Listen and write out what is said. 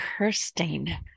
kirstein